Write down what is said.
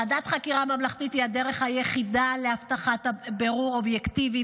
ועדת חקירה ממלכתית היא הדרך היחידה להבטחת בירור אובייקטיבי,